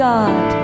God